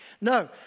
No